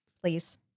Please